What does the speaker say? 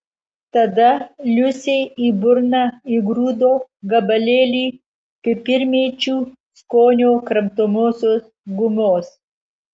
tada liusei į burną įgrūdo gabalėlį pipirmėčių skonio kramtomosios gumos